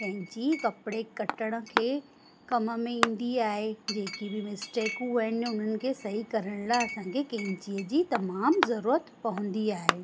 कैंची कपिड़े कटण खे कम में ईंदी आहे जेकी बि मिस्टेकूं आहिनि हुननि खे सही करण लाइ असांखे कैंचीअ जी तमामु ज़रूरत पवंदी आहे